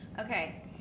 Okay